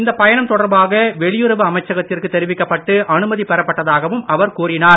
இந்தப் பயணம் தொடர்பாக வெளியுறவு அமைச்சகத்திற்கு தெரிவிக்கப்பட்டு அனுமதி பெறப்பட்டதாகவும் அவர் கூறினார்